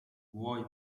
vuoi